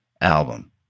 album